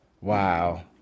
Wow